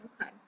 Okay